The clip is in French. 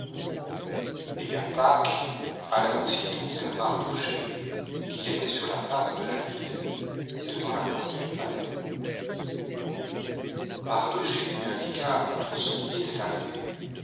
et athach alla aussitôt vers mardochée qui était sur la place de la ville devant la porte du palais maroc lui indiqua tout ce qui était arrivé